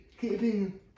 keeping